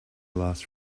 last